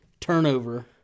Turnover